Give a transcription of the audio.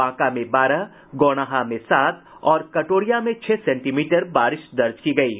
बांका में बारह गौनाहा में सात और कटोरिया में छह सेंटीमीटर बारिश दर्ज की गयी है